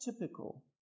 typical